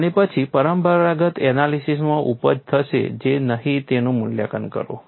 અને પછી પરંપરાગત એનાલિસીસમાં ઉપજ થશે કે નહીં તેનું મૂલ્યાંકન કરો